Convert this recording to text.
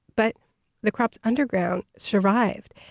but the crops underground survived.